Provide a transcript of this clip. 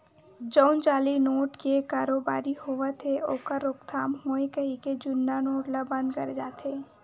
जउन जाली नोट के कारोबारी होवत हे ओखर रोकथाम होवय कहिके जुन्ना नोट ल बंद करे जाथे